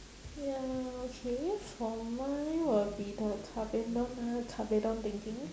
ya okay for mine will be the kabedon ah kabedon thinking